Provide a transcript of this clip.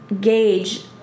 gauge